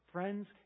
Friends